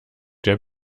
der